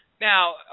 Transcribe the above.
Now